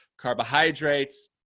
carbohydrates